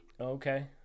Okay